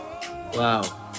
wow